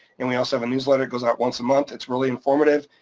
and we also have a newsletter, it goes out once a month, it's really informative,